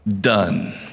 done